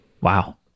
wow